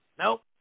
Nope